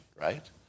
right